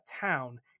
town